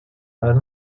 pad